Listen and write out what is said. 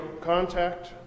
contact